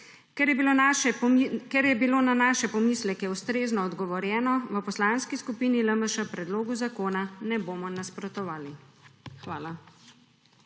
Ker je bilo na naše pomisleke ustrezno odgovorjeno, v Poslanski skupini LMŠ predlogu zakona ne bomo nasprotovali. Hvala.